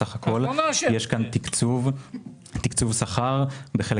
בסך הכול יש כאן תקצוב שכר בחלק